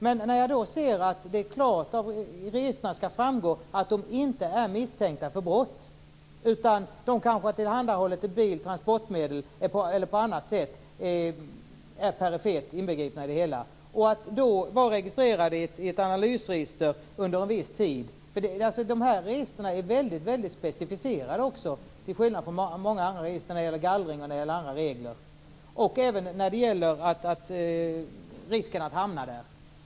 Men det skall ju av registren klart framgå att dessa människor inte är misstänkta för brott, utan att de kanske har tillhandahållit transportmedel eller på annat sätt är perifert inblandade. Sedan skall de finnas med i ett analysregister under en viss tid. De här registren är, till skillnad från många andra register, väldigt specificerade när det gäller gallring och andra regler och även vad gäller risken att hamna där.